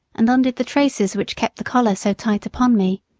and undid the traces which kept the collar so tight upon me.